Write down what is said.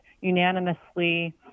unanimously